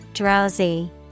Drowsy